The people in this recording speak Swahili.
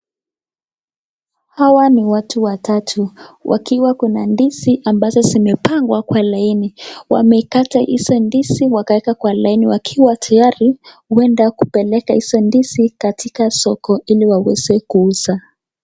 Hawa ni watu watatu wakiwa kuna ndizi ambazo zimepangwa kwa laini wamekata hizo ndizi wakaeka kwa laini wakiwa tayari kuenda kupeleka hizo ndizi katika soko ili waweze kuuza.